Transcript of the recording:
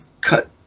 cut